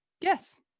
yes